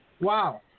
Wow